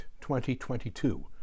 2022